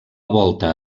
volta